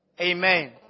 Amen